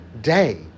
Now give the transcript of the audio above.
day